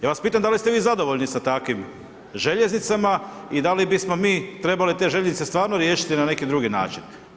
Ja vas pitam da li ste vi zadovoljni sa takvim željeznicama i da li bismo mi trebali te željeznice stvarno riješiti na neki drugi način.